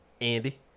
Andy